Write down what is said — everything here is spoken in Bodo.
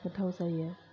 गोथाव जायो